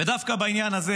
ודווקא בעניין הזה